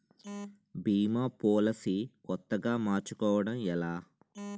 భీమా policy కొత్తగా మార్చుకోవడం ఎలా?